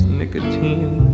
nicotine